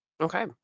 Okay